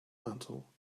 mantel